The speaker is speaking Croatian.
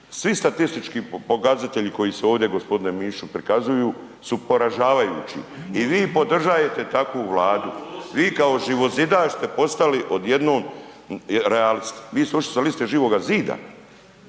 svi statistički pokazatelji koji se ovdje g. Mišiću prikazuju su poražavajući i vi podržajete takvu Vladu, vi kao živozidaš ste postali odjednon realist, vi ste ušli sa liste Živoga zida